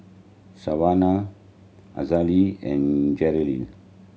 Savanna Hazelle and Jerrell